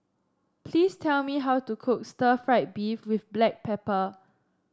please tell me how to cook Stir Fried Beef with Black Pepper